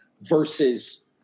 versus